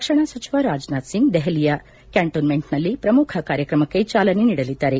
ರಕ್ಷಣಾ ಸಚಿವ ರಾಜನಾಥ್ ಸಿಂಗ್ ದೆಪಲಿಯ ಕ್ಕಾಂಟೋನ್ಮೆಂಟ್ನಲ್ಲಿ ಪ್ರಮುಖ ಕಾರ್ಯಕ್ರಮಕ್ಕೆ ಚಾಲನೆ ನೀಡಲಿದ್ದಾರೆ